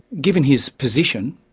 given his position,